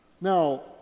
Now